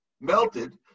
melted